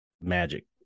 magic